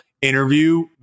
interview